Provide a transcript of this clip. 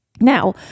Now